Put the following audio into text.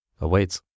awaits